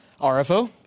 RFO